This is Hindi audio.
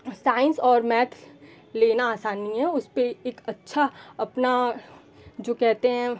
साइंस और मैथ लेना आसान नहीं है उसपर एक अच्छा अपना जो कहते हैं